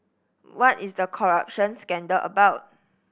what is the corruption scandal about